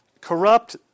corrupt